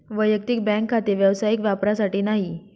वैयक्तिक बँक खाते व्यावसायिक वापरासाठी नाही